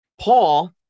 Paul